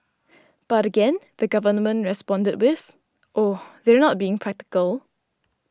but again the Government responded with Oh they're not being practical